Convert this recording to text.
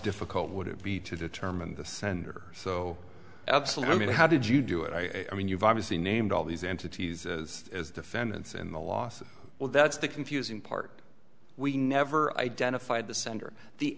difficult would it be to determine the sender so absolutely how did you do it i mean you've obviously named all these entities as as defendants in the lawsuit well that's the confusing part we never identified the sender the